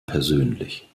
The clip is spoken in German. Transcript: persönlich